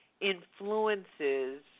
influences